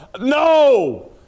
No